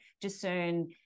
discern